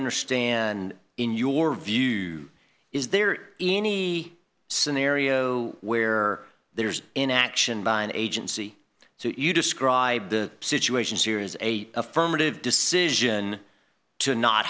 understand in your view is there any scenario where there's inaction by an agency so you describe the situation here is a affirmative decision to not